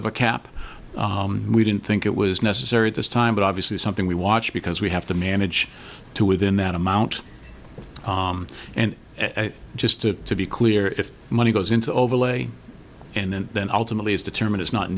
of a cap we didn't think it was necessary at this time but obviously something we watch because we have to manage to within that amount and just to be clear if money goes into overlay and then ultimately is determined it's not